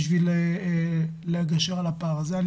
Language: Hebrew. כדי לגשר על הפער הזה.